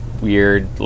weird